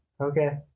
Okay